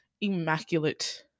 immaculate